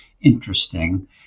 interesting